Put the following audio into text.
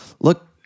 look